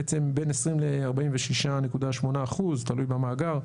בעצם בין 20% ל-46.8% תלוי במאגר,